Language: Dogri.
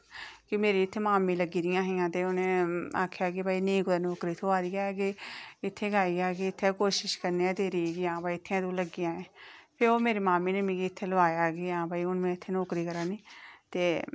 की मेरी इत्थें मामी लग्गी दियां हियां ते उ'नें आक्खेआ कि भई नेईं कुदै नौकरी थ्होआ दी ऐ ते इत्थै गै आई जा ते इत्थै गै कोशिश करनी आं तेरी जी आं भई इत्थै गै लग्गी जायां तूं ते ओह् मेरी मामी नै मिगी इत्थै लोआया ते में इत्थें नौकरी करानी आं ते